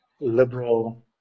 liberal